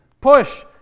push